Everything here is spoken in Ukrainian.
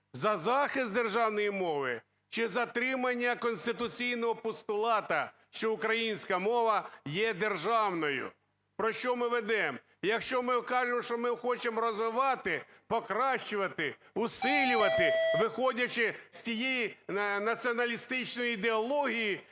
за захист державної мови чи затримання конституційного постулату, що українська мова є державною. Про що ми ведем? Якщо ми кажемо, що ми хочемо розвивати, покращувати, усилювати, виходячи з тієї націоналістичної ідеології,